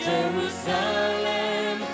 Jerusalem